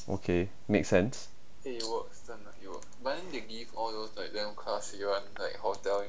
okay make sense